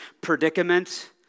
predicament